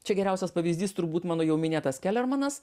čia geriausias pavyzdys turbūt mano jau minėtas kėlermanas